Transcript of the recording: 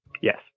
Yes